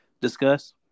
discuss